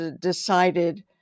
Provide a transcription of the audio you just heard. decided